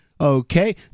Okay